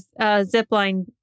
zipline